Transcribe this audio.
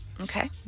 Okay